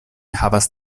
havas